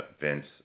Vince